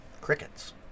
Crickets